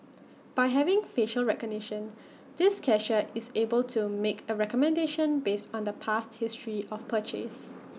by having facial recognition this cashier is able to make A recommendation based on the past history of purchase